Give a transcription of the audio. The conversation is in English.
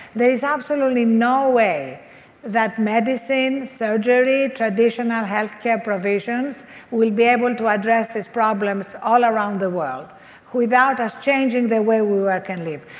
there is absolutely no way that medicine, surgery, traditional health care provisions will be able to address these problems all around the world without us changing the way we work and live.